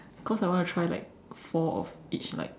cause I want to try like four of each like